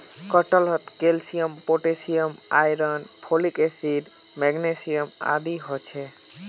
कटहलत calcium potassium iron folic acid magnesium आदि ह छे